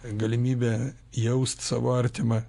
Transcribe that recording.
galimybę jaust savo artimą